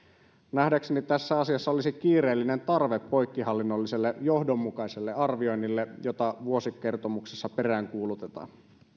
nähdäkseni tässä asiassa olisi kiireellinen tarve poikkihallinnolliselle johdonmukaiselle arvioinnille jota vuosikertomuksessa peräänkuulutetaan